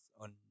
on